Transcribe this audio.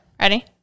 Ready